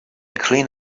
clean